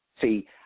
See